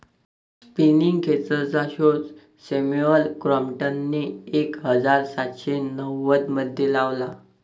spinning खेचरचा शोध Samuel क्रॉम्प्टनने एक हजार सातशे नव्वदमध्ये लावला